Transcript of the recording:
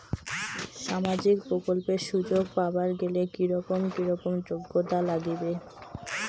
সামাজিক প্রকল্পের সুযোগ পাবার গেলে কি রকম কি রকম যোগ্যতা লাগিবে?